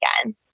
again